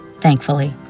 thankfully